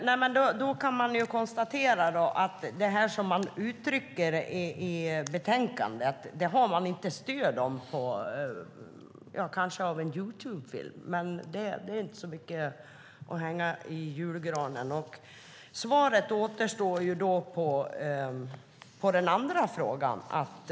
Herr talman! Vi kan konstatera att man inte har något stöd för det som uttrycks i betänkandet utom möjligen en Youtubefilm, men det är inte så mycket att hänga i julgranen. Svaret på den andra frågan återstår.